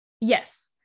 Yes